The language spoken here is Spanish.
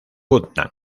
putnam